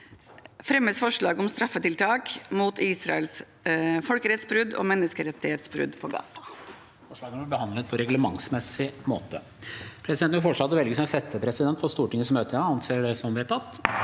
framsette forslag om straffetiltak mot Israels folkerettsbrudd og menneskerettighetsbrudd på Gaza.